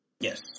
Yes